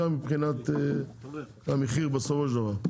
גם מבחינת המחיר בסופו של דבר.